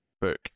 book